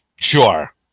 Sure